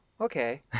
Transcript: okay